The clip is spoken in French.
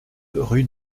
rue